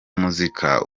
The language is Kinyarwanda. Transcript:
muzika